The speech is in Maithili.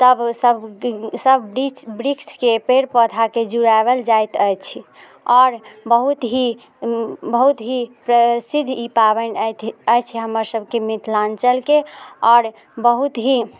तब सब सब वृक्ष वृक्षके पेड़ पौधाके जुड़ाबल जाइत अछि आओर बहुत ही बहुत ही प्रसिद्ध ई पाबनि अछि अछि हमर सबके मिथिलाञ्चलके आओर बहुत ही